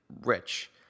Rich